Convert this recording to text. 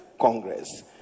Congress